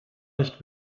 nicht